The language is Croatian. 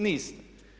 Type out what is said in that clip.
Niste.